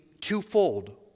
twofold